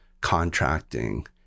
contracting